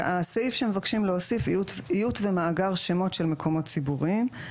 הסעיף שמבקשים להוסיף הוא איות ומאגר שמות של מקומות ציבוריים.